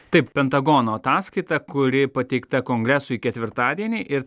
taip pentagono ataskaita kuri pateikta kongresui ketvirtadienį ir